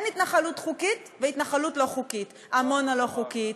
אין התנחלות חוקית והתנחלות לא-חוקית: עמונה לא-חוקית,